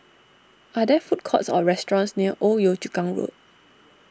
are there food courts or restaurants near Old Yio Chu Kang Road